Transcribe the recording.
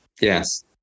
Yes